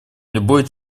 любой